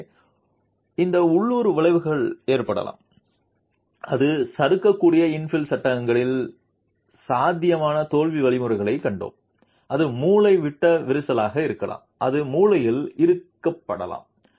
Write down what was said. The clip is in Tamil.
எனவே இந்த உள்ளூர் விளைவுகள் ஏற்படலாம் அது சறுக்கக்கூடிய இன்ஃபில் சட்டங்களில் சாத்தியமான தோல்வி வழிமுறைகளைக் கண்டோம் அது மூலைவிட்ட விரிசலாக இருக்கலாம் அது மூலையில் இறுக்கப்படலாம்